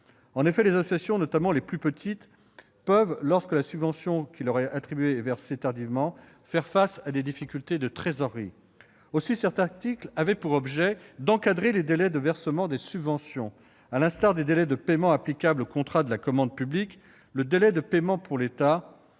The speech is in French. En effet, les associations, notamment les plus petites, peuvent, lorsque la subvention qui leur est attribuée est versée tardivement, faire face à des difficultés de trésorerie. Aussi, cet article avait pour objet d'encadrer les délais de versement des subventions. À l'instar des délais de paiement applicables aux contrats de la commande publique, le délai de paiement pour l'État,